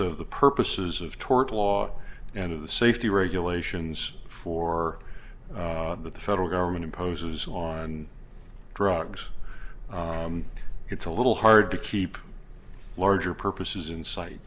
of the purposes of tort law and the safety regulations for the federal government imposes on drugs it's a little hard to keep larger purposes in sight